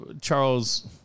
Charles